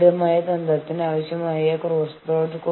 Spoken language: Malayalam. ഈ സാഹചര്യത്തിൽ നിങ്ങൾ ഒരു പരാതി ഫയൽ ചെയ്യുന്നു